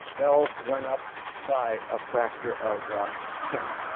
l went up by a factor of ten.